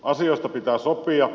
asioista pitää sopia